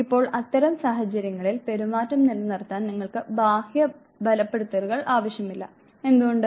ഇപ്പോൾ അത്തരം സാഹചര്യങ്ങളിൽ പെരുമാറ്റം നിലനിർത്താൻ നിങ്ങൾക്ക് ബാഹ്യ ബലപ്പെടുത്തലുകൾ ആവശ്യമില്ല എന്തുകൊണ്ട്